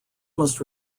must